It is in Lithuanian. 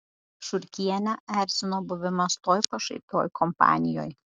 šurkienę erzino buvimas toj pašaipioj kompanijoj